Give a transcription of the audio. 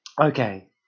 Okay